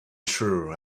true